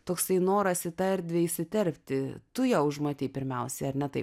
toksai noras į tą erdvę įsiterpti tu ją užmatei pirmiausiai ar ne taip